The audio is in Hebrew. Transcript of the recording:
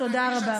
תודה רבה.